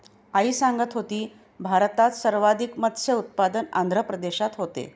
आई सांगत होती, भारतात सर्वाधिक मत्स्य उत्पादन आंध्र प्रदेशात होते